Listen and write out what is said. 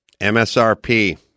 MSRP